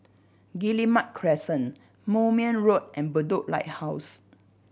Guillemard Crescent Moulmein Road and Bedok Lighthouse